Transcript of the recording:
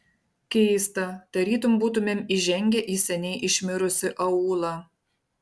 keista tarytum būtumėm įžengę į seniai išmirusį aūlą